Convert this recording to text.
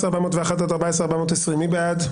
14,261 עד 14,280, מי בעד?